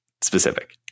specific